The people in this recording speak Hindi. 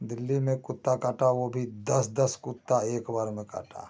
दिल्ली में कुत्ता काटा वह भी दस दस कुत्ता एकबार में काटा